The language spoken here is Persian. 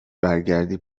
برگردی